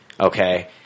okay